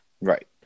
Right